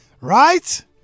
Right